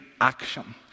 action